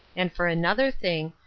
and for another thing,